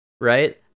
Right